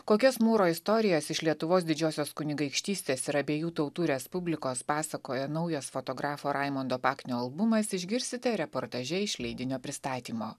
kokias mūro istorijas iš lietuvos didžiosios kunigaikštystės ir abiejų tautų respublikos pasakoja naujas fotografo raimundo paknio albumas išgirsite reportaže iš leidinio pristatymo